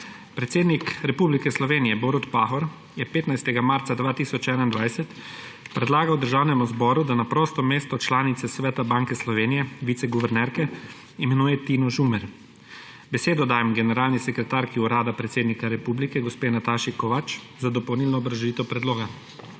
Predsednik Republike Slovenije Borut Pahor je 15. marca 2021 predlagal Državnemu zboru, da na prosto mesto članice Sveta Banke Slovenije – viceguvernerke, imenuje Tino Žumer. Besedo dajem generalni sekretarki Urada predsednika republike gospe Nataše Kovač za dopolnilno obrazložitev predloga.